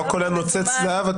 לא כל הנוצץ זהב.